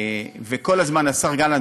וכל הזמן השר גלנט,